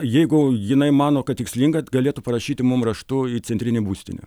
jeigu jinai mano kad tikslinga galėtų parašyti mum raštu į centrinę būstinę